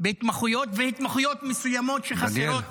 בהתמחויות מסוימות, שחסרות